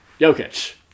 Jokic